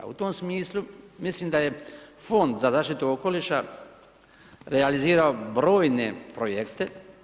U tom smislu mislim da je Fond za zaštitu okoliša realizirao brojne projekte.